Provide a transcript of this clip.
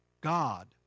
God